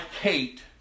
Kate